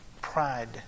Pride